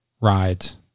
rides